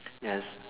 yes